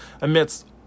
amidst